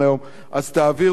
אז תעבירו את זה לשם,